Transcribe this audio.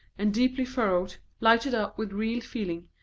and deeply furrowed, lighted up with real feeling,